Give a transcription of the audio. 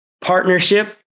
partnership